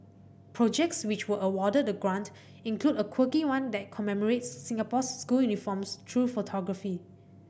projects which were awarded the grant include a quirky one that commemorates Singapore's school uniforms through photography